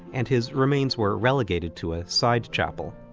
and his remains were relegated to a side chapel.